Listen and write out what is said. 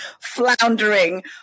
floundering